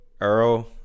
Earl